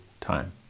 time